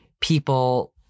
people